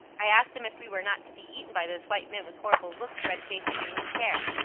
i asked them if we were not to be eaten by those white men with horrible looks, red faces, and loose hair.